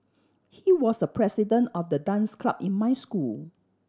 he was the president of the dance club in my school